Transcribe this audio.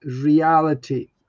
reality